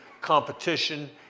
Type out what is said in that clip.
competition